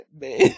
man